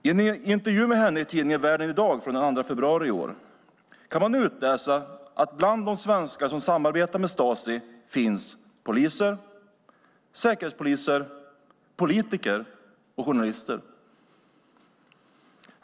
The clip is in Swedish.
I en intervju med Birgitta Almgren i tidningen Världen idag från den 2 februari i år kan man utläsa att bland de svenskar som samarbetade med Stasi finns poliser, säkerhetspoliser, politiker och journalister.